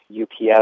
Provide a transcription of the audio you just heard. UPS